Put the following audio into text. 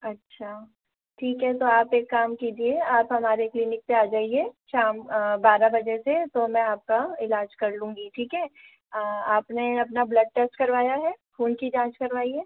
अच्छा ठीक है तो आप एक काम कीजिए आप हमारे क्लिनिक पर आ जाइए शाम बारह बजे से तो मैं आपका इलाज कर लूँगी ठीक है आपने अपना ब्लड टेस्ट करवाया है खून की जाँच करवाई है